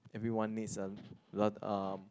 everyone needs a learn um